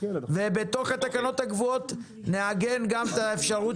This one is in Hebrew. ובתוך התקנות הקבועות נעגן גם את האפשרות